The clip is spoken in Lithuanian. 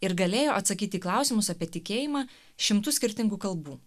ir galėjo atsakyt į klausimus apie tikėjimą šimtu skirtingų kalbų